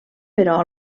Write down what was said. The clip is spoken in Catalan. però